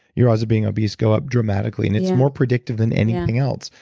your odds of being obese go up dramatically and it's more predictive than anything else.